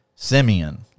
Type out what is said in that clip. Simeon